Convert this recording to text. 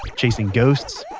chasing ghosts,